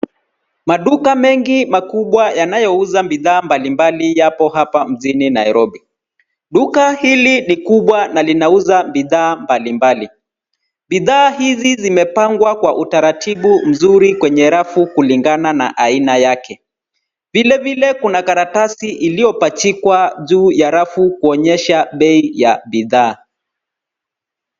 Maduka mengi makubwa yanayouza bidhaa mbali mbali, yapo hapa mjini Nairobi, Duka hili ni kubwa na linauza bidhaa mbali mbali. bidhaa hizi zimepangwa kwa utaratibu , mzuri kwenye rafu kulingana na aina yake. vile vile kuna karatasi iliyopachikwa juu ya rafu kuonyesha bei ya bidhaa.